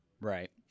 Right